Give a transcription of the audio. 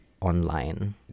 online